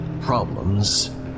Problems